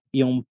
yung